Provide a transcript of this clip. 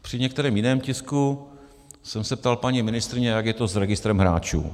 Při některém jiném tisku jsem se ptal paní ministryně, jak je to s registrem hráčů.